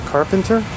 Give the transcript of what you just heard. Carpenter